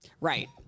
Right